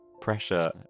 pressure